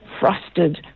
frosted